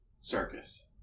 circus